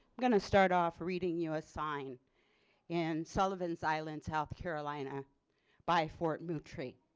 going to start off reading you a sign in sullivans island south carolina by fort moultrie